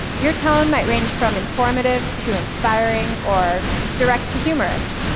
your tone might range from informative to inspiring or direct to humorous.